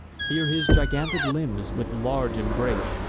here his gigantic limbs, with large embrace,